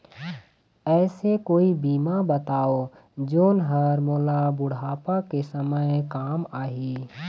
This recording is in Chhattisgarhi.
ऐसे कोई बीमा बताव जोन हर मोला बुढ़ापा के समय काम आही?